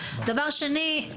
דבר שני,